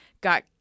got